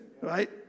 right